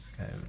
Okay